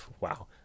wow